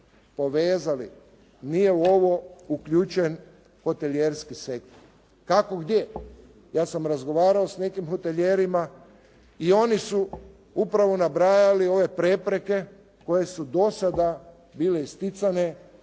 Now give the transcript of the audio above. povezali nije u ovo uključen hotelijerski sektor. Kako gdje. Ja sam razgovarao s nekim hotelijerima i oni su upravo nabrajali ove prepreke koje su dosada bile isticane,